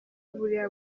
buriya